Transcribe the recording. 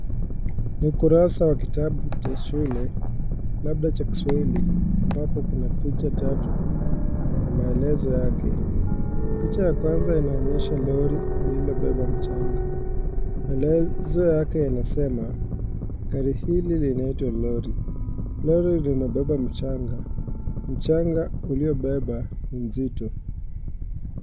Ni kurasa wa kitabu cha shule , labda cha kiswahili ambapo kuna picha tatu na maelezo yake. Picha la kwanza inaonyesha lori liliobeba mchanga. Maelezo yake yanasema gari hili linaitwa lori. Lori limebeba mchanga . mchanga uliobebwa ni mzito.